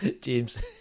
james